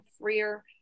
freer